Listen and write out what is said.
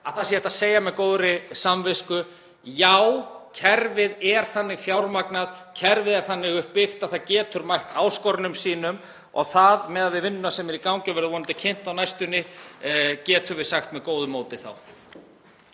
geti sagt með góðri samvisku: Já, kerfið er þannig fjármagnað, kerfið er þannig uppbyggt að það getur mætt áskorunum sínum. Og miðað við þá vinnu sem er í gangi og verður vonandi kynnt á næstunni getum við sagt það með góðu móti þá.